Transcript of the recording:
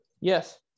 Yes